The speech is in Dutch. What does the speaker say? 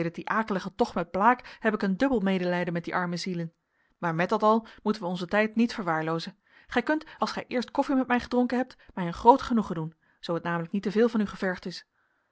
akeligen tocht met blaek heb ik een dubbel medelijden met die arme zielen maar met dat al moeten wij onzen tijd niet verwaarloozen gij kunt als gij eerst koffie met mij gedronken hebt mij een groot genoegen doen zoo het namelijk niet te veel van u gevergd is